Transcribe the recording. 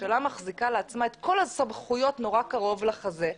הממשלה מחזיקה לעצמה את כל הסמכויות נורא קרוב לחזה,